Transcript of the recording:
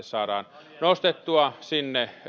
saadaan nostettua sinne